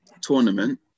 tournament